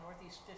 Northeast